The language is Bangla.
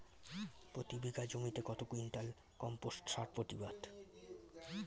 প্রতি বিঘা জমিতে কত কুইন্টাল কম্পোস্ট সার প্রতিবাদ?